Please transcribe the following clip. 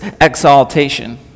exaltation